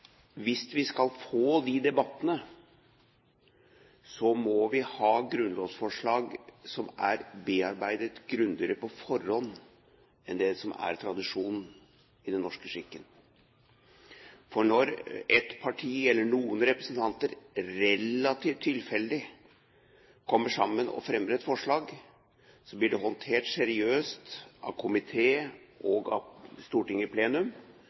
som er tradisjon og norsk skikk. Når et parti eller noen representanter relativt tilfeldig kommer sammen og fremmer et forslag, blir det håndtert seriøst av komité og av Stortinget i plenum.